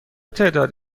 تعداد